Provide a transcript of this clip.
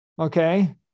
Okay